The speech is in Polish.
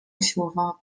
usiłowała